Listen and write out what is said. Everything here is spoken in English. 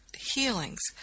healings